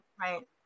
Right